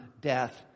death